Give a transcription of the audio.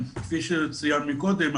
כפי שצוין קודם,